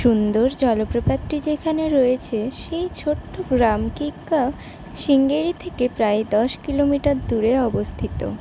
সুন্দর জলপ্রপাতটি যেখানে রয়েছে সেই ছোট্ট গ্রাম কিগ্গা শ্রীঙ্গেরি থেকে প্রায় দশ কিলোমিটার দূরে অবস্থিত